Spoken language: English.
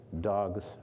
dogs